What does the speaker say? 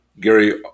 Gary